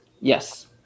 Yes